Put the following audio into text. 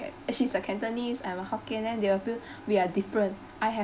uh she's a cantonese I'm a hokkien then they will feel we are different I have